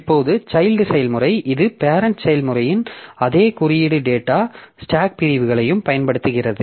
இப்போது சைல்ட் செயல்முறை இது பேரெண்ட் செயல்முறையின் அதே குறியீடு டேட்டா ஸ்டாக் பிரிவுகளையும் பயன்படுத்துகிறது